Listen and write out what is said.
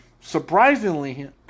surprisingly